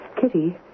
Kitty